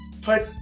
put